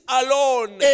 alone